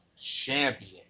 champion